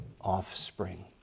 offspring